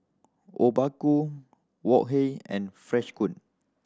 Obaku Wok Hey and Freshkon